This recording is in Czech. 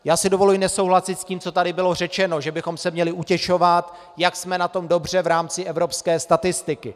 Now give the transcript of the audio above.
Já si dovoluji nesouhlasit s tím, co tady bylo řečeno, že bychom se měli utěšovat, jak jsme na tom dobře v rámci evropské statistiky.